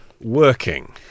working